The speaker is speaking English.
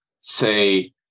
say